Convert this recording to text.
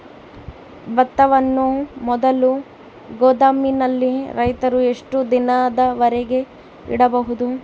ಭತ್ತವನ್ನು ಮೊದಲು ಗೋದಾಮಿನಲ್ಲಿ ರೈತರು ಎಷ್ಟು ದಿನದವರೆಗೆ ಇಡಬಹುದು?